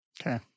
Okay